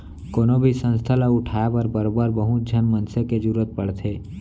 कोनो भी संस्था ल उठाय बर बरोबर बहुत झन मनसे के जरुरत पड़थे